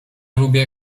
lubię